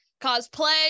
cosplay